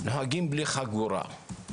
נוהגים בלי חגורה,